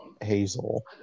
Hazel